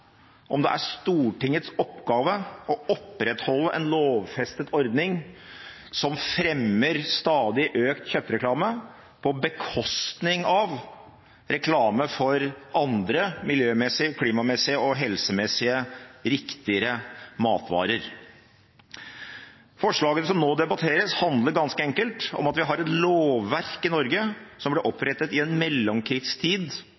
om det er Stortingets oppgave å opprettholde en lovfestet ordning som fremmer stadig økt kjøttreklame på bekostning av reklame for andre miljømessig, klimamessig og helsemessig riktigere matvarer. Forslaget som nå debatteres, handler ganske enkelt om at vi har et lovverk i Norge som ble opprettet i en